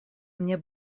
мне